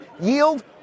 yield